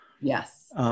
Yes